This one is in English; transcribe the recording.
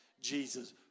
Jesus